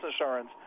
insurance